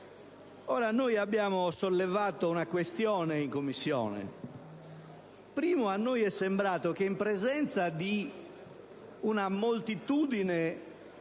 Ebbene, abbiamo sollevato una questione in Commissione. A noi è sembrato che in presenza di una moltitudine